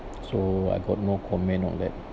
so I got no comment on that